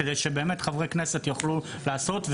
כדי שבאמת חברי כנסת יוכלו לעשות,